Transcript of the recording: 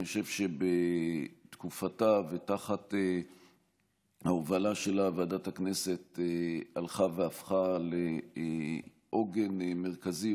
אני חושב שבתקופתה ותחת ההובלה שלה ועדת הכנסת הלכה והפכה לעוגן מרכזי,